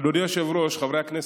אדוני היושב-ראש, חברי הכנסת,